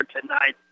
tonight